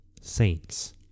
saints